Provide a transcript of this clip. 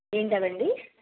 ఏంటవండీ